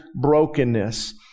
brokenness